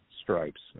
stripes